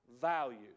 value